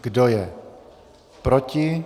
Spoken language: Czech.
Kdo je proti?